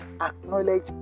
acknowledge